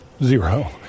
Zero